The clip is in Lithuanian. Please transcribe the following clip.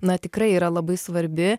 na tikrai yra labai svarbi